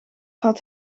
had